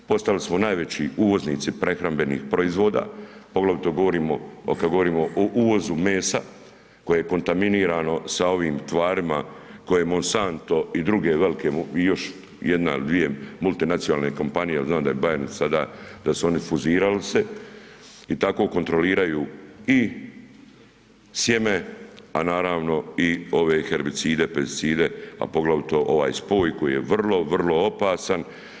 Postali smo najveći uvoznici prehrambenih proizvoda, poglavito kada govorimo o uvozu mesa koje je kontaminirano sa ovim tvarima koje Monsanto i druge jedna ili dvije multinacionalne kompanije jel znam da je Bayer sada da su oni fuzirali se i tako kontroliraju i sjeme, a naravno i herbicide, pesticide, a poglavito ovaj spoj koji je vrlo, vrlo opasan.